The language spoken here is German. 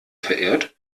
verirrt